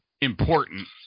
important